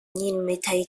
mới